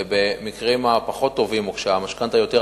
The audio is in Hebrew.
ובמקרים הפחות טובים או כשהמשכנתה יותר ארוכה,